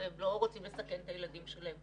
הרי הם לא רוצים לסכן את הילדים שלהם,